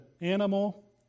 animal